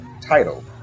title